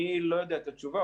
אני לא יודע את התשובה.